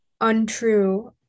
untrue